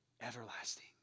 everlasting